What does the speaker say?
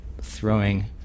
throwing